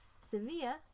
sevilla